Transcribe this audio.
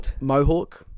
mohawk